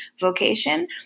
vocation